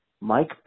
Mike